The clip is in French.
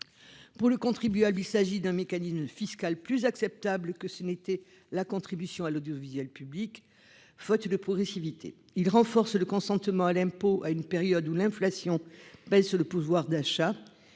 Pour le contribuable. Il s'agit d'un mécanisme fiscal plus acceptable que ce n'était la contribution à l'audiovisuel public. Faute de progressivité, il renforce le consentement à l'impôt à une période où l'inflation baisse. Le pouvoir d'achat.